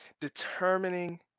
determining